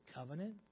Covenant